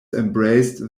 embraced